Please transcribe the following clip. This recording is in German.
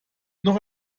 noch